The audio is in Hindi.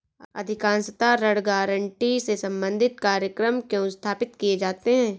अधिकांशतः ऋण गारंटी से संबंधित कार्यक्रम क्यों स्थापित किए जाते हैं?